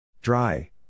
Dry